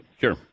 Sure